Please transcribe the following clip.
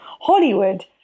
Hollywood